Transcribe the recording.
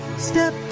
step